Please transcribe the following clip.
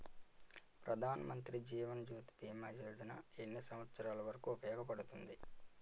ప్రధాన్ మంత్రి జీవన్ జ్యోతి భీమా యోజన ఎన్ని సంవత్సారాలు వరకు ఉపయోగపడుతుంది?